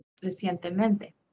recientemente